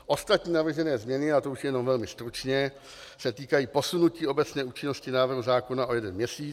Ostatní navržené změny, a to už jenom velmi stručně, se týkají posunutí obecné účinnosti návrhu zákona o jeden měsíc.